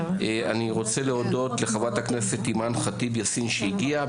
אני רוצה להודות לחברת הכנסת אימאן ח'טיב יאסין שהגיעה,